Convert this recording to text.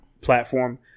platform